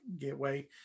Gateway